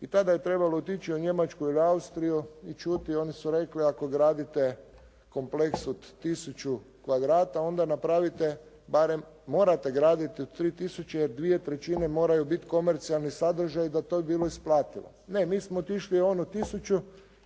i tada je trebalo otići u Njemačku ili Austriju i čuti, oni su rekli ako gradite kompleks od tisuću kvadrata onda napravite barem morate graditi od tri tisuće, jer dvije trećine moraju biti komercijalni sadržaji da bi to bilo isplativo. Ne, mi smo otišli onu tisuću